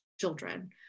children